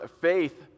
faith